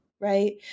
right